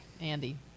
Andy